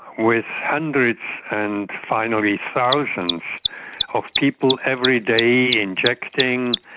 with hundreds and finally thousands of people every day injecting,